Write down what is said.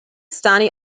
stani